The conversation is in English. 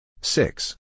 Six